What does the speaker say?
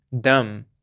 dumb